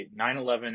9/11